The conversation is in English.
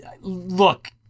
look